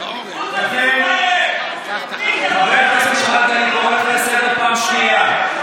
חבר הכנסת שחאדה, אני קורא אותך לסדר פעם שנייה.